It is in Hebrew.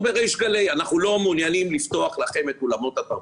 בריש גלי: אנחנו לא מעוניינים לפתוח לכם את אולמות התרבות,